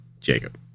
Jacob